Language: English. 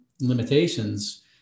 limitations